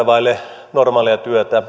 vailla normaalia työtä